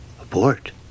abort